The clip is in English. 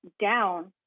down